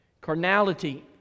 Carnality